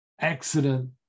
accident